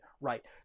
right